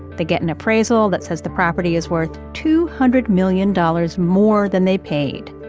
they get an appraisal that says the property is worth two hundred million dollars more than they paid.